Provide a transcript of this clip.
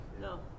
No